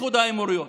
לאיחוד האמירויות.